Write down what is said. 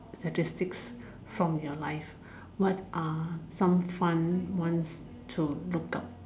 statistics from your life what are some fun ones to look up